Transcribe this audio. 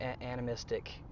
animistic